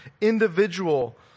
individual